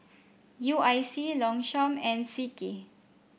U I C Longchamp and C K